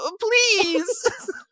please